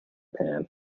pan